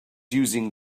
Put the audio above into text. using